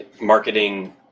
marketing